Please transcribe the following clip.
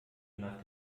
nach